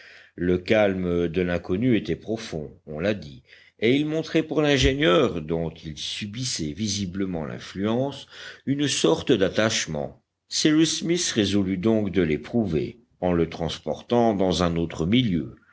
le calme de l'inconnu était profond on l'a dit et il montrait pour l'ingénieur dont il subissait visiblement l'influence une sorte d'attachement cyrus smith résolut donc de l'éprouver en le transportant dans un autre milieu